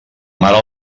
mare